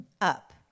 up